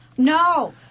No